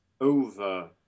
Over